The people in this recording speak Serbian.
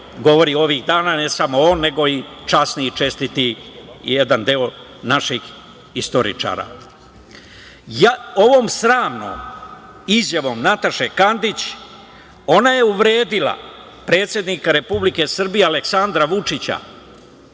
govori ovih dana, ne samo on, nego i časni i čestiti, jedan deo, naši istoričari. Ovom sramnom izjavom Nataše Kandić ona je uvredila predsednika Republike Aleksandra Vučića,